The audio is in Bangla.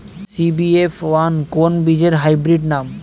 সি.বি.এফ ওয়ান কোন বীজের হাইব্রিড নাম?